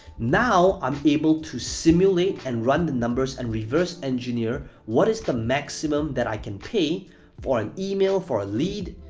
now, i'm able to simulate and run the numbers and reverse engineer what is the maximum that i can pay for an email, for a lead,